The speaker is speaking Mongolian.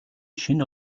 шинэ